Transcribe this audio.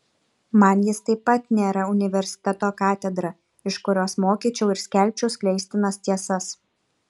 man jis taip pat nėra universiteto katedra iš kurios mokyčiau ir skelbčiau skleistinas tiesas